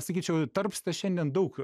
sakyčiau tarpsta šiandien daug